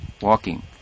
walking